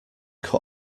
cut